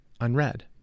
unread